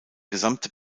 gesamte